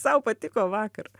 sau patiko vakar